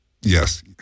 yes